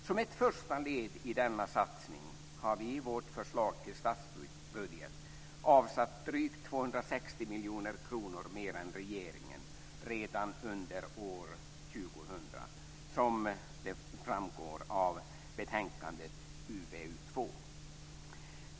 Som ett första led i denna satsning har vi i vårt förslag till statsbudget avsatt drygt 260 miljoner kronor mer än regeringen redan under år 2000, som framgår av betänkande UbU2.